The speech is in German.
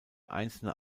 einzelne